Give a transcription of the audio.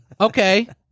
Okay